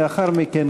ולאחר מכן,